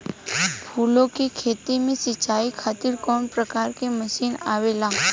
फूलो के खेती में सीचाई खातीर कवन प्रकार के मशीन आवेला?